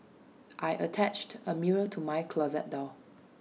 I attached A mirror to my closet door